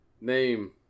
name